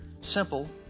simple